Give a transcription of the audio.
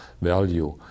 value